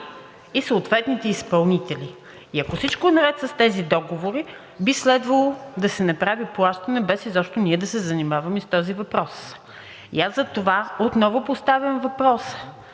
и съответните изпълнители. И ако всичко е наред с тези договори, би следвало да се направи плащане, без изобщо ние да се занимаваме с този въпрос. Затова отново поставям въпроса: